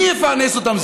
מי יפרנס אותם?